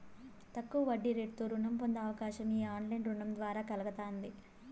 తక్కువ వడ్డీరేటుతో రుణం పొందే అవకాశం ఈ ఆన్లైన్ రుణం ద్వారా కల్గతాంది